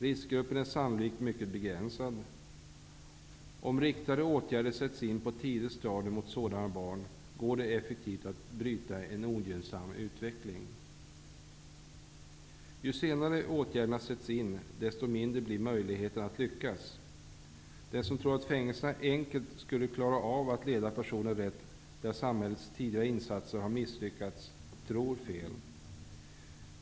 Riskgruppen är sannolikt mycket begränsad. Om riktade åtgärder sätts in på ett tidigt stadium mot sådana barn, går det att effektivt bryta en ogynnsam utveckling. Ju senare åtgärderna sätts in, desto mindre blir möjligheten att lyckas. Den som tror att fängelserna enkelt skulle klara av att leda personer rätt där samhällets tidigare insatser har misslyckats tror fel.